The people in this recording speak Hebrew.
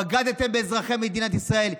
בגדתם באזרחי מדינת ישראל,